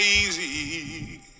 easy